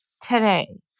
today